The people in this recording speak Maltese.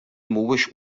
mhuwiex